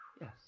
Yes